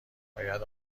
باید